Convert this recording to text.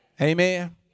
Amen